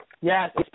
Yes